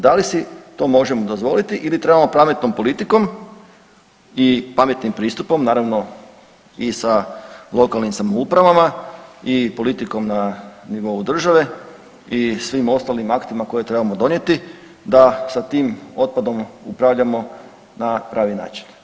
Da li si to možemo dozvoliti ili trebamo pametnom politikom i pametnim pristupom naravno i sa lokalnim samoupravama i politikom na nivou države i svim ostalim aktima koje trebamo donijeti da sa tim otpadom upravljamo na pravi način?